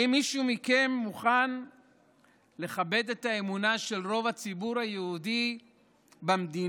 האם מישהו מכם מוכן לכבד את האמונה של רוב הציבור היהודי במדינה,